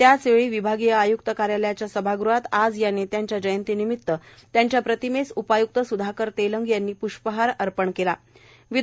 त्याच प्रमाणे विभागीय आय्क्त कार्यालयाच्या सभागृहात आज या नेत्यांच्या जयंतीनिमित्त त्यांच्या प्रतिमेस उपाय्क्त स्धाकर तेलंग यांनी प्ष्पहार अर्पण करुन अभिवादन केले